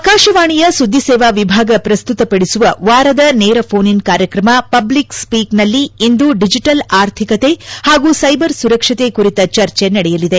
ಆಕಾಶವಾಣಿಯ ಸುದ್ದಿ ಸೇವಾ ವಿಭಾಗ ಪ್ರಸ್ತುತಪಡಿಸುವ ವಾರದ ನೇರ ಫೋನ್ ಇನ್ ಕಾರ್ಯಕ್ರಮ ಪಬ್ಲಿಕ್ ಸ್ಪೀಕ್ ನಲ್ಲಿ ಇಂದು ಡಿಜಿಟಲ್ ಆರ್ಥಿಕತೆ ಹಾಗೂ ಸೈಬರ್ ಸುರಕ್ಷತೆ ಕುರಿತ ಚರ್ಚೆ ನಡೆಯಲಿದೆ